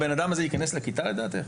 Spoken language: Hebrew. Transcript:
הבן אדם הזה ייכנס לכיתה לדעתך?